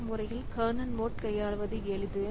இந்த முறையில் kernel mode கையாளுவது எளிது